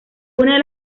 una